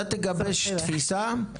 אתה תגבש תפיסה,